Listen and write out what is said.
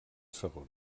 segon